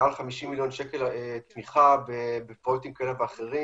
מעל 50 מיליון שקל תמיכה בפרויקטים כאלה ואחרים